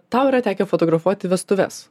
tau yra tekę fotografuoti vestuves